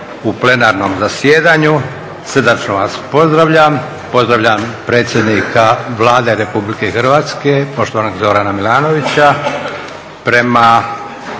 u plenarnom zasjedanju. Srdačno vas pozdravljam. Pozdravljam predsjednika Vlade Republike Hrvatske poštovanog Zorana Milanovića. Prema